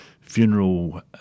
funeral